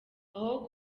aho